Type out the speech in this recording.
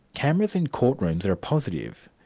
cameras in court rooms are a positive.